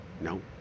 no